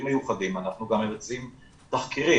מיוחדים אנחנו גם מבצעים תחקירים,